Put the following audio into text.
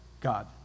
God